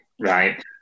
right